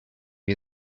you